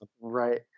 right